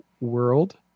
world